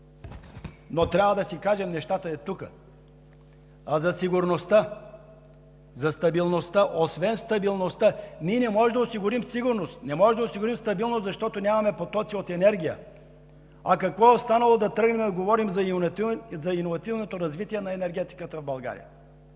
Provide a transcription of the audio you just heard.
Но трябва да си кажем нещата ей тук. А за сигурността, за стабилността – освен стабилността, ние не можем да осигурим сигурност, не можем да осигурим стабилност, защото нямаме потоци от енергия. А какво останало да говорим за иновативното развитие на енергетиката в България!